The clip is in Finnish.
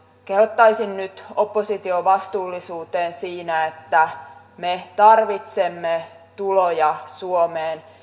kehottaisin nyt oppositiota vastuullisuuteen siinä että me tarvitsemme tuloja suomeen